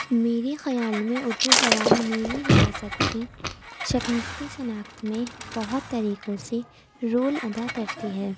میری خیال میں اُردو زبان میری ریاست کی سقافتی شناخت میں بہت طریقوں سے رول ادا کرتی ہے